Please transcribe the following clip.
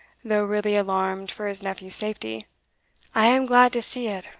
though really alarmed for his nephew's safety i am glad to see it,